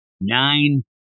nine